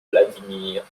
vladimir